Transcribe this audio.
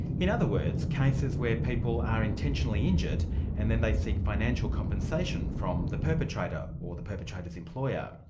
in other words, cases where people are intentionally injured and then they seek financial compensation from the perpetrator, or the perpetrator's employer.